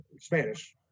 Spanish